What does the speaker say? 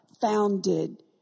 founded